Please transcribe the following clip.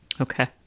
Okay